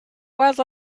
was